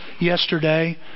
yesterday